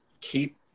keep